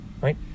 right